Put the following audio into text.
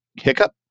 hiccup